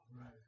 Right